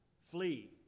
flee